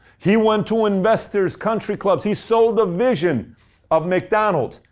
he went to investors, country clubs, he sold the vision of mcdonald's.